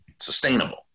sustainable